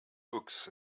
books